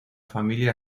familia